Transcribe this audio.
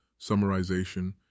summarization